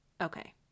Okay